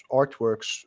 artworks